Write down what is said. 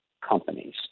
companies